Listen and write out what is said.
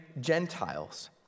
Gentiles